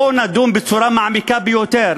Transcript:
בוא נדון בצורה מעמיקה ביותר.